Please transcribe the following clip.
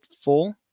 full